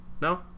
No